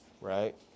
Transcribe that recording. right